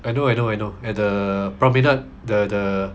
I know I know I know at the promenade the the